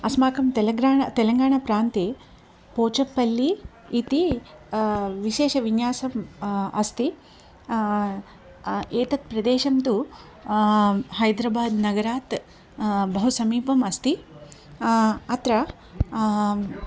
अस्माकं तेलग्रान तेलंगाण प्रान्ते पोचप्पल्ली इति विशेषविन्यासं अस्ति एतत् प्रदेशं तु हैद्रबाद् नगरात् बहुसमीपं अस्ति अत्र